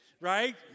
right